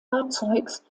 fahrzeugs